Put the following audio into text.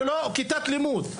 ללא כיתת לימוד,